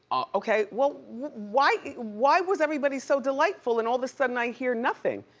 okay, well why why was everybody so delightful and all of a sudden i hear nothing?